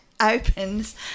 opens